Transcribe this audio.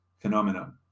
phenomenon